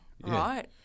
right